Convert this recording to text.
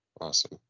Awesome